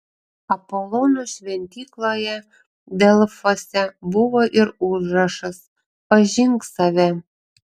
apolono šventykloje delfuose buvo ir užrašas pažink save